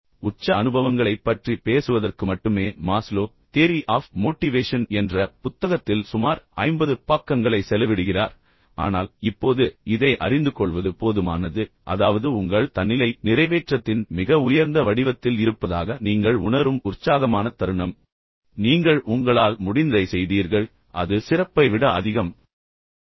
உச்ச அனுபவங்களைப் பற்றி பேசுவதற்கு மட்டுமே மாஸ்லோ தேரி ஆஃப் மோட்டிவேஷன் என்ற புத்தகத்தில் சுமார் 50 பக்கங்களை செலவிடுகிறார் ஆனால் இப்போது இதை அறிந்துகொள்வது போதுமானது அதாவது உங்கள் தன்னிலை நிறைவேற்றத்தின் மிக உயர்ந்த வடிவத்தில் இருப்பதாக நீங்கள் உணரும் உற்சாகமான தருணம் நீங்கள் உங்களால் முடிந்ததை செய்தீர்கள் அது சிறப்பை விட அதிகம் அது சிறப்புக்கு மேலானது